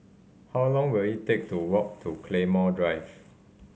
how long will it take to walk to Claymore Drive